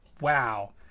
Wow